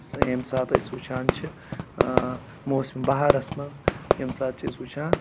ییٚمہِ ساتہٕ أسۍ وُچھان چھِ ٲں موسمِ بَہارَس منٛز ییٚمہِ ساتہٕ چھِ أسۍ وُچھان